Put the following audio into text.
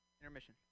Intermission